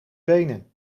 benen